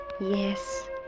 Yes